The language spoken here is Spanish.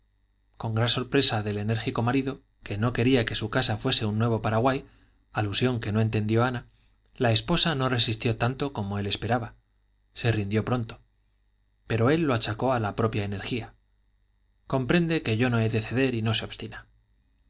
con gran sorpresa del enérgico marido que no quería que su casa fuese un nuevo paraguay alusión que no entendió ana la esposa no resistió tanto como él esperaba se rindió pronto pero él lo achacó a la propia energía comprende que yo no he de ceder y no se obstina